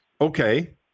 Okay